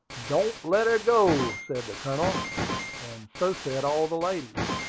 don't let her go, said the colonel and so said all the ladies.